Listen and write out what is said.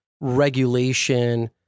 regulation